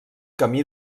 camí